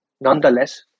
Nonetheless